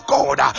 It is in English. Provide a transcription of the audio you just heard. God